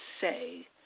say